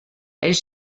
elle